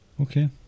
Okay